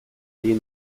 egin